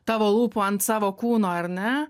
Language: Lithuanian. tavo lūpų ant savo kūno ar ne